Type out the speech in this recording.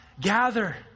gather